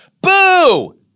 boo